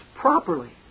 properly